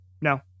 no